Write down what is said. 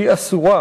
הוא אסור.